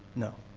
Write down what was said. no.